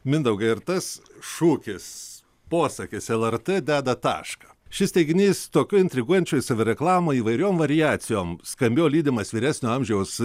mindaugai ar tas šūkis posakis lrt deda tašką šis teiginys tokiu intriguojančiu save reklamoj įvairiom variacijom skambėjo lydimas vyresnio amžiaus